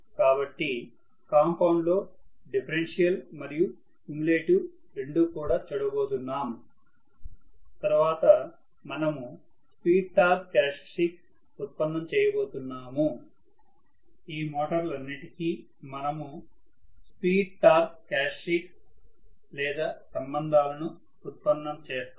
కాబట్టి కాంపౌండ్ లో డిఫరెన్షియల్ మరియు క్యుములేటివ్ రెండు కూడా చూడబోతున్నాం తర్వాత మనము స్పీడ్ టార్క్ క్యారెక్టర్ స్టిక్స్ ఉత్పన్నం చేయబోతున్నాను ఈ మోటర్ లన్నిటికీ మనము స్పీడ్ టార్క్ క్యారెక్టర్స్టిక్స్ లేదా సంబంధాలను ఉత్పన్నం చేస్తాము